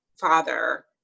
father